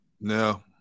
no